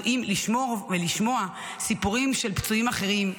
לשמוע סיפורים של פצועים אחרים,